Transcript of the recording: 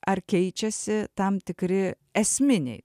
ar keičiasi tam tikri esminiai